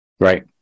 Right